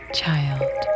child